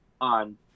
on